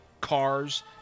Cars